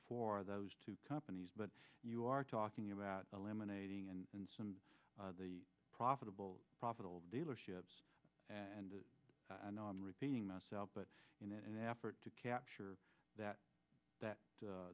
for those two companies but you are talking about eliminating and some of the profitable profitable dealerships and i know i'm repeating myself but in an effort to capture that that